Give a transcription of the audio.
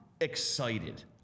excited